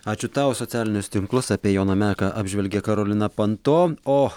ačiū tau socialinius tinklus apie joną meką apžvelgė karolina panto o